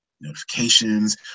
notifications